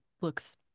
looks